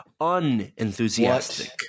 unenthusiastic